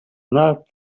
not